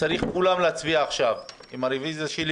צריכים כולם להצביע עכשיו עם הרוויזיה שלי